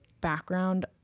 background